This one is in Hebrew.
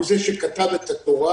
הוא זה שכתב את התורה,